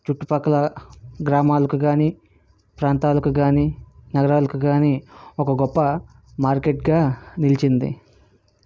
చుట్టుపక్కల గ్రామాలకు కానీ ప్రాంతాలకు కానీ నగరాలకు కానీ ఒక గొప్ప మార్కెట్గా నిలిచింది